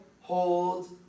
hold